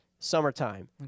summertime